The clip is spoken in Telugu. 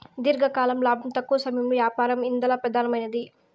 దీర్ఘకాలం లాబం, తక్కవ సమయంలో యాపారం ఇందల పెదానమైనవి